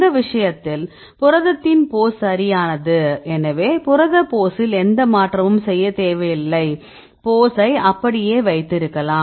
இந்த விஷயத்தில் புரதத்தின் போஸ் சரியானது எனவே புரத போஸில் எந்த மாற்றமும் செய்யத் தேவையில்லை போஸை அப்படியே வைத்திருக்கலாம்